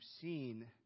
seen